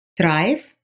Thrive